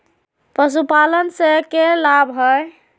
पशुपालन से के लाभ हय?